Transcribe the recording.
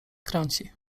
kręci